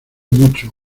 mucho